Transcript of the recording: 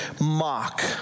mock